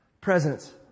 presence